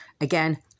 Again